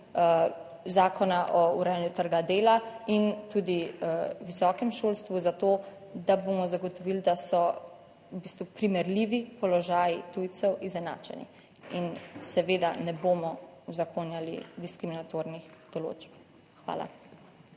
Zakona o urejanju trga dela in tudi o visokem šolstvu za to, da bomo zagotovili, da so v bistvu primerljivi položaji tujcev izenačeni in seveda ne bomo uzakonjali diskriminatornih določb. Hvala.